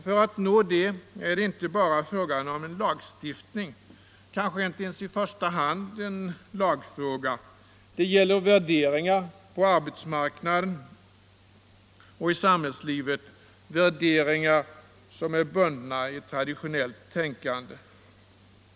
För att nå det krävs inte bara en lagstiftning, det är kanske inte ens i första hand en lagstiftningsfråga. Det gäller värderingar på arbetsmarknaden och i samhällslivet, värderingar som är bundna i traditionellt tänkande.